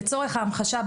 לצורך ההמחשה.